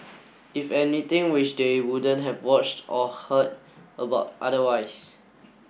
if anything which they wouldn't have watched or heard about otherwise